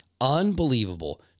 Unbelievable